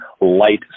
light